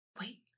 Wait